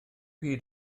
hyd